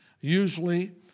Usually